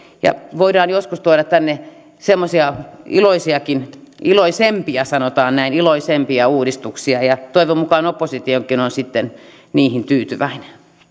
ja voidaan joskus tuoda tänne semmoisia iloisiakin iloisempia sanotaan näin uudistuksia toivon mukaan oppositiokin on on sitten niihin tyytyväinen